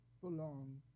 belong